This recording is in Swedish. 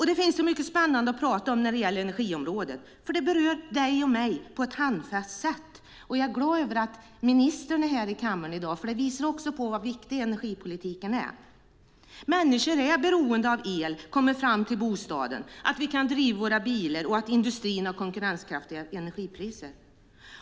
Det finns så mycket spännande att prata om när det gäller energiområdet, för det berör dig och mig på ett handfast sätt. Jag är glad över att ministern i dag finns med här i kammaren. Också det visar hur viktig energipolitiken är. Människor är beroende av att el kommer fram till bostaden, av att det går att driva våra bilar och av att industrin har konkurrenskraftiga energipriser.